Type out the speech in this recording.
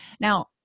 Now